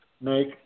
make